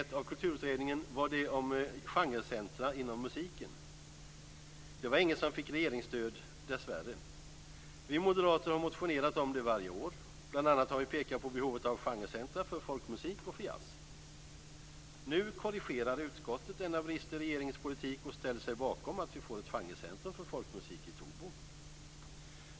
Kulturutredningen var det om genrecentrum inom musiken. Det var inget som fick regeringsstöd, dessvärre. Vi moderater har motionerat om det varje år. Bl.a. har vi pekat på behovet av genrecentrum för folkmusik och för jazz. Nu korrigerar utskottet denna brist i regeringens politik och ställer sig bakom att vi får ett genrecentrum för folkmusik i Tobo.